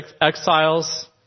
exiles